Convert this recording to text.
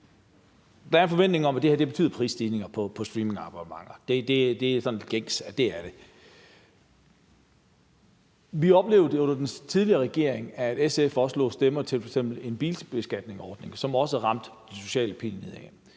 Hvad forventer man, at det her vil betyde af prisstigninger på streamingabonnementer? Det er gængs viden, at det kommer der. Vi oplevede under den tidligere regering, at SF også lagde stemmer til f.eks. en bilbeskatningsordning, hvor den sociale pil